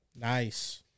Nice